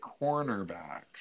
cornerbacks